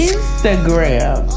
Instagram